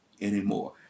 anymore